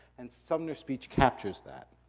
and sumner's speech captures that.